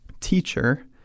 Teacher